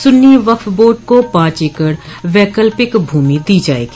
सुन्नी वक्फ बोर्ड को पांच एकड़ वैकल्पिक भूमि दी जायेगी